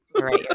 right